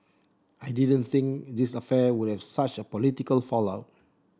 I didn't think this affair would have such a political fallout